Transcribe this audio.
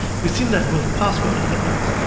we've seen that with password elements.